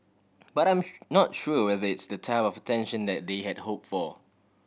but I'm not sure whether it's the type of attention that they had hope for